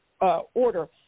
order